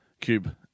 cube